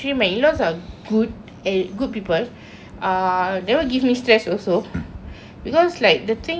uh never give me stress also because like the thing is that um in-laws right